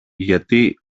γιατί